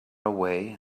away